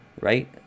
Right